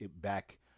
back